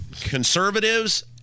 conservatives